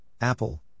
Apple